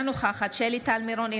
אינה נוכחת שלי טל מירון,